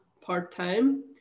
part-time